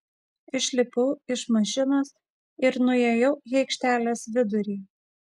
išlipau iš mašinos ir nuėjau į aikštelės vidurį